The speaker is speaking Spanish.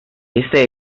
éste